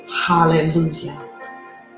Hallelujah